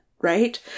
right